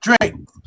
drink